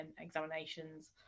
examinations